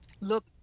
look